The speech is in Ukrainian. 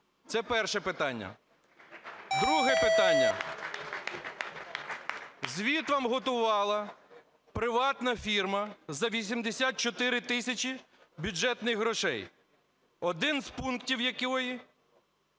Це перше питання. Друге питання. Звіт вам готувала приватна фірма за 84 тисячі бюджетних грошей, один із пунктів якої,